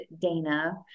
Dana